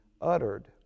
uttered